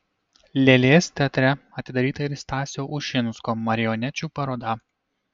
lėlės teatre atidaryta ir stasio ušinsko marionečių paroda